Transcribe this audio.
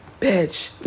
Bitch